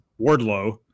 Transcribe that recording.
Wardlow